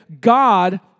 God